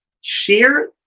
share